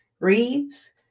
Reeves